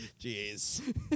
Jeez